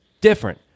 different